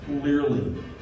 clearly